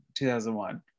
2001